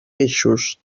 eixos